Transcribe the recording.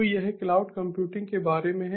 तो यह cloud computing के बारे में है